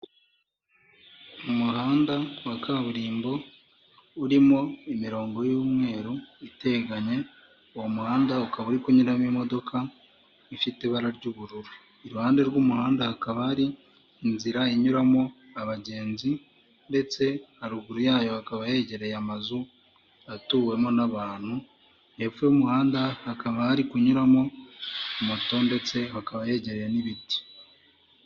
Umuhanda wa kaburimbo urimo imirongo y'umweru iteganye, uwo muhanda ukaba uri kunyuramomo ifite ibara ry'ubururu iruhande rw'umuhanda hakaba hari inzira inyuramo abagenzi ndetse haruguru yayo hakaba hegereye amazu atuwemo n'abantu hepfo y'umuhanda hakaba hari kunyuramo moto ndetsekaba yegereye n'ibiti.